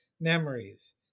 memories